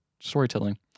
storytelling